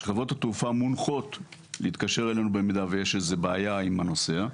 חברות התעופה מונחות להתקשר אלינו אם יש בעיה עם הנוסע.